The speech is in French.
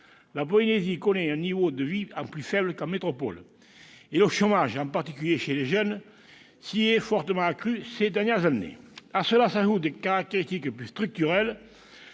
la Polynésie connaît un niveau de vie plus faible que la métropole. Le chômage, en particulier chez les jeunes, s'y est fortement accru au cours des dernières années. À ces problèmes s'ajoutent des caractéristiques plus structurelles,